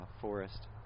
forest